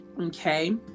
Okay